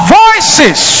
voices